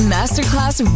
Masterclass